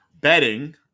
betting